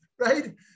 right